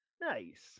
Nice